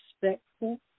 respectful